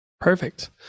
Perfect